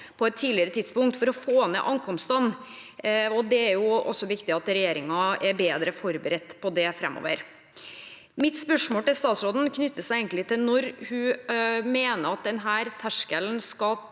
på et tidligere tidspunkt for å få ned ankomstene. Det er viktig at regjeringen er bedre forberedt på det framover. Mitt spørsmål til statsråden knytter seg til terskelen for